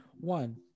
one